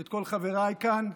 ואת כל חבריי כאן.